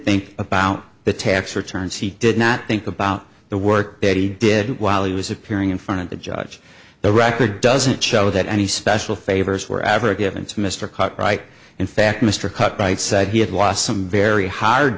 think about the tax returns he did not think about the work betty did while he was appearing in front of the judge the record doesn't show that any special favors were ever given it's mr cartwright in fact mr cut right said he had lost some very hard